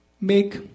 make